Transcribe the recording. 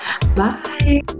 Bye